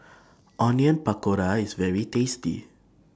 Onion Pakora IS very tasty